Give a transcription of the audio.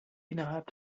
innerhalb